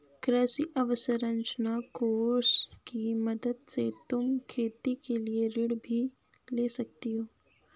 कृषि अवसरंचना कोष की मदद से तुम खेती के लिए ऋण भी ले सकती हो